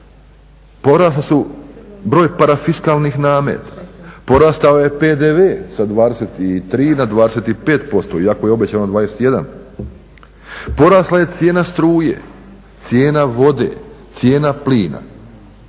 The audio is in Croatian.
porastao je broj parafiskalnih nameta, porastao je PDV sa 23 na 25% iako je obećano 21, porasla je cijena struje, cijena vode, cijena plina.